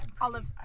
Olive